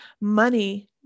Money